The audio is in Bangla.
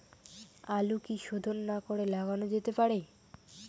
আলু কি শোধন না করে লাগানো যেতে পারে?